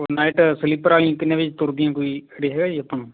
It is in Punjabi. ਨਾਈਟ ਸਲੀਪਰ ਵਾਲੀ ਕਿੰਨੇ ਵਜ੍ਹੇ ਤੁਰਦੀਆਂ ਕੋਈ ਆਈਡੀਆ ਹੈਗਾ ਜੀ ਆਪਾਂ ਨੂੰ